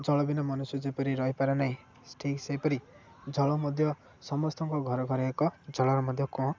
ଜଳ ବିନା ମନୁଷ୍ୟ ଯେପରି ରହିପାରେ ନାହିଁ ଠିକ୍ ସେହିପରି ଜଳ ମଧ୍ୟ ସମସ୍ତଙ୍କ ଘରେ ଘରେ ଏକ ଜଳର ମଧ୍ୟ କୁଅଁ